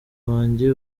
banjye